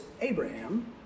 Abraham